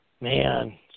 Man